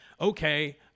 Okay